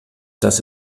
das